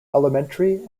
elementary